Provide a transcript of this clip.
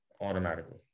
automatically